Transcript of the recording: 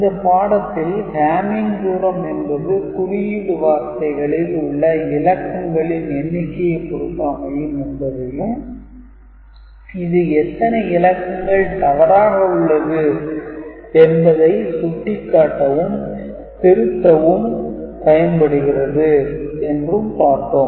இந்தப் பாடத்தில் Hamming தூரம் என்பது குறியீடு வார்த்தைகளில் உள்ள இலக்கங்களின் எண்ணிக்கையை பொருத்து அமையும் என்பதையும் இது எத்தனை இலக்கங்கள் தவறாக உள்ளது என்பதை சுட்டிக்காட்டவும் திருத்தவும் பயன்படும் என்றும் பார்த்தோம்